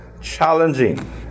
Challenging